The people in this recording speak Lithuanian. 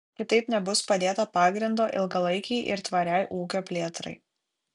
kitaip nebus padėta pagrindo ilgalaikei ir tvariai ūkio plėtrai